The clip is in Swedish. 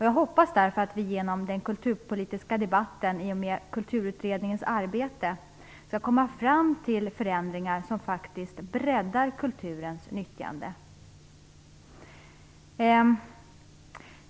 Jag hoppas därför att vi genom den kulturpolitiska debatten och genom Kulturutredningens arbete skall komma fram till förändringar som faktiskt breddar kulturens nyttjande.